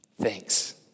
Thanks